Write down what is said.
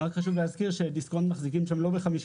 חשוב להזכיר שדיסקונט מחזיקים שם לא ב-50